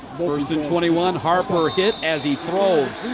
first and twenty one. harper hit as he throws.